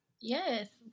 yes